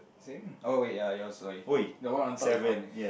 same oh wait ya it was like the one on top is white